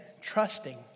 trusting